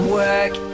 work